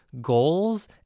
goals